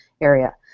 area